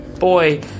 boy